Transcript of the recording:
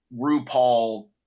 RuPaul